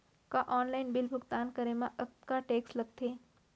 का online bill भुगतान करे मा अक्तहा टेक्स लगथे?